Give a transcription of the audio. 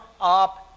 up